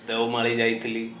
ଦେଓମାଳି ଯାଇଥିଲି